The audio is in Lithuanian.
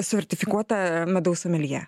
sertifikuota medaus ameljė